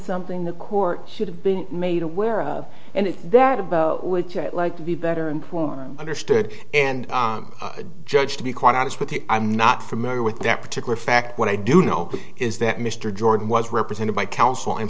something the court should have been made aware of and that about which i would like to be better informed understood and judged to be quite honest with you i'm not familiar with that particular fact what i do know is that mr jordan was represented by counsel